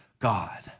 God